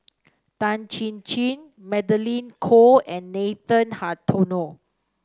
Tan Chin Chin Magdalene Khoo and Nathan Hartono